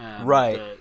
right